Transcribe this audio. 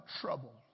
trouble